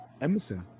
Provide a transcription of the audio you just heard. Emerson